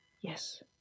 yes